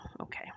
okay